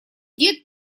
дед